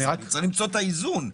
צריך למצוא את האיזון.